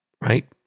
right